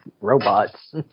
robots